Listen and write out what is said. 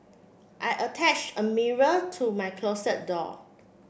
I attached a mirror to my closet door